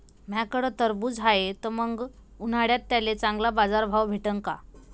माह्याकडं टरबूज हाये त मंग उन्हाळ्यात त्याले चांगला बाजार भाव भेटन का?